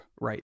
right